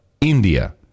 India